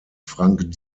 frank